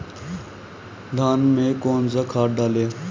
धान में कौन सा खाद डालें?